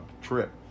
trip